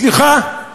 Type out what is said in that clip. סליחה,